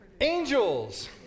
Angels